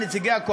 הצעת חוק